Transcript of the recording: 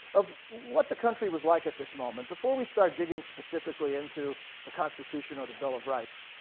of what the country was like at this moment. before we start digging specifically into the constitution or the bill of rights,